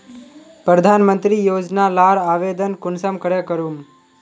प्रधानमंत्री योजना लार आवेदन कुंसम करे करूम?